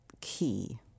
key